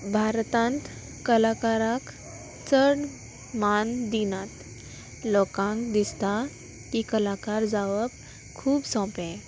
भारतांत कलाकाराक चड मान दिनात लोकांक दिसता की कलाकार जावप खूब सोंपें